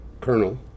colonel